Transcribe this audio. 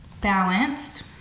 balanced